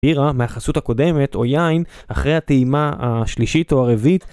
בירה מהחסות הקודמת או יין אחרי הטעימה השלישית או הרביעית